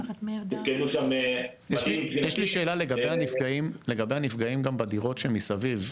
יש לי שאלה לגבי הנפגעים גם בדירות שמסביב,